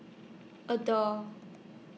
Adore